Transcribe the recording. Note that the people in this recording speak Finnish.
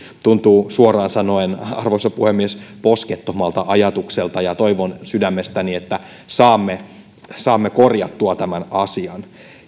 se tuntuu suoraan sanoen arvoisa puhemies poskettomalta ajatukselta ja toivon sydämestäni että saamme saamme korjattua tämän asian